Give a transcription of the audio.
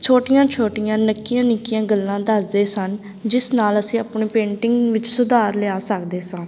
ਛੋਟੀਆਂ ਛੋਟੀਆਂ ਨਿੱਕੀਆਂ ਨਿੱਕੀਆਂ ਗੱਲਾਂ ਦੱਸਦੇ ਸਨ ਜਿਸ ਨਾਲ ਅਸੀਂ ਆਪਣੇ ਪੇਂਟਿੰਗ ਵਿੱਚ ਸੁਧਾਰ ਲਿਆ ਸਕਦੇ ਸਾਂ